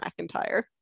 McIntyre